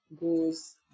goes